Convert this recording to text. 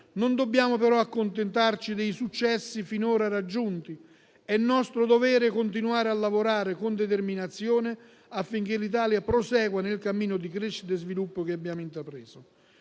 Non dobbiamo però accontentarci dei successi finora raggiunti. È nostro dovere continuare a lavorare con determinazione, affinché l'Italia prosegua nel cammino di crescita e sviluppo che abbiamo intrapreso.